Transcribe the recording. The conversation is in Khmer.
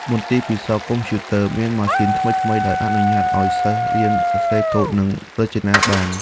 មន្ទីរពិសោធន៍កុំព្យូទ័រមានម៉ាស៊ីនថ្មីៗដែលអនុញ្ញាតឱ្យសិស្សរៀនសរសេរកូដនិងរចនាបាន។